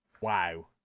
Wow